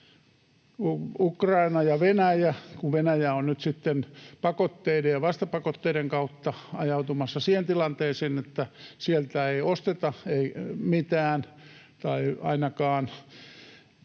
Ukraina ja Venäjä. Venäjä on nyt sitten pakotteiden ja vastapakotteiden kautta ajautumassa siihen tilanteeseen, että sieltä ei osteta mitään tai ainakaan